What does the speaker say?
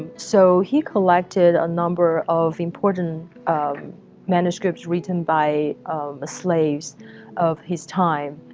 ah so he collected a number of important um manuscripts written by the slaves of his time.